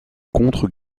contre